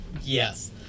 Yes